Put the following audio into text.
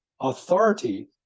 authority